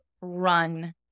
run